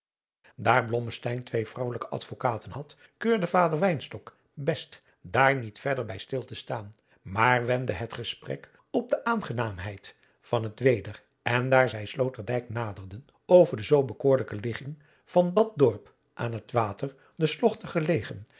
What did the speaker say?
twee vrouwelijke advokaten had keurde vader wynstok best daar niet verder bij stil te staan maar wendde het gesprek op de aangenaamheid van het weder en daar zij sloterdijk naderden over de zoo bekoorlijke ligging van dat dorp adriaan loosjes pzn het leven van johannes wouter blommesteyn aan het water de